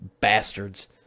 bastards